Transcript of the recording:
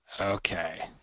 Okay